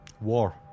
War